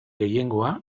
gehiengoa